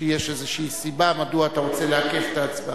שיש איזו סיבה מדוע אתה רוצה לעכב את ההצבעה.